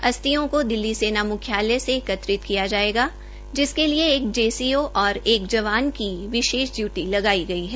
अस्थियों को दिल्ली सेना म्ख्यालय से एकत्र किया जायेगा जिसके लिये एक जे् सी ओ और एक जवन की विशेष डयूटी लगाई गई है